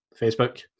Facebook